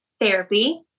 Therapy